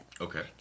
Okay